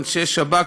אנשי שב"כ,